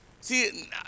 See